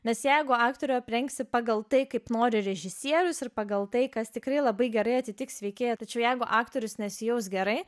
nes jeigu aktorių aprengsi pagal tai kaip nori režisierius ir pagal tai kas tikrai labai gerai atitiks veikėją tačiau jeigu aktorius nesijaus gerai